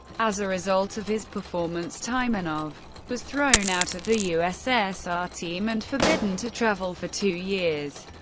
as a result of his performance, taimanov was thrown out of the ussr team and forbidden to travel for two years.